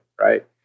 right